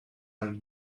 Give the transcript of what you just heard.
are